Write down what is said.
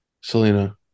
Selena